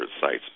sites